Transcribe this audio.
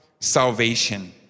salvation